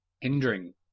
hindering